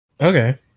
okay